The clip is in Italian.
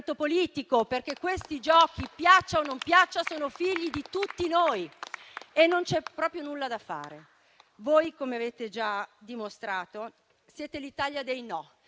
politico. Questi Giochi - piaccia o non piaccia - sono figli di tutti noi. Non c'è proprio nulla da fare, voi - come avete già dimostrato - siete l'Italia dei no: